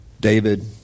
David